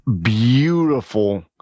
Beautiful